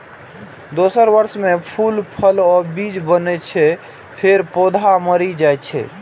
दोसर वर्ष मे फूल, फल आ बीज बनै छै, फेर पौधा मरि जाइ छै